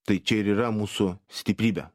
tai čia ir yra mūsų stiprybė